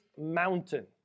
mountain